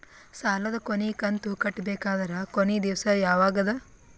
ಸಾಲದ ಕೊನಿ ಕಂತು ಕಟ್ಟಬೇಕಾದರ ಕೊನಿ ದಿವಸ ಯಾವಗದ?